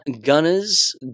Gunners